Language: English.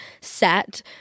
set